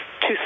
two